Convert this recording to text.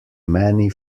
many